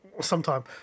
sometime